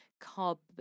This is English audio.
carbon